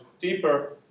deeper